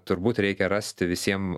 turbūt reikia rasti visiem